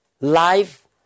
life